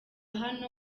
hano